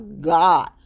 God